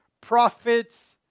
prophets